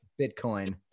Bitcoin